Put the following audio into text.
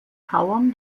tauern